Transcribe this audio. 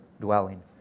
dwelling